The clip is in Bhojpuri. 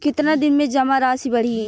कितना दिन में जमा राशि बढ़ी?